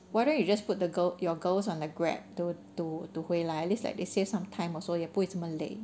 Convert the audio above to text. why don't you just put the girl your girls on the Grab to to 回来 lah at least like they save some time also 也不会这么累